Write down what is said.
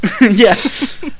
Yes